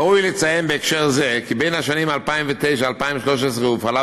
ראוי לציין בהקשר זה כי בשנים 2009 2013 הופעלה